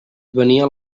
venien